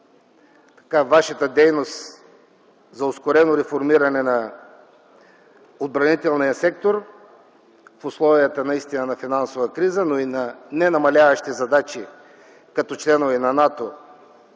във Вашата дейност за ускорено реформиране на отбранителния сектор в условията наистина на финансова криза, но и на ненамаляващи задачи като членове на НАТО